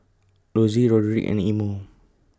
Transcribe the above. Lossie Roderick and Imo